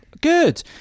Good